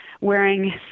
Wearing